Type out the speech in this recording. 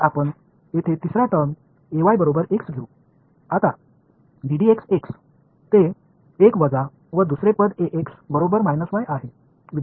तर आपण येथे तिसरा टर्म बरोबर x घेऊ आता ते 1 वजा व दुसरे पद बरोबर y आहे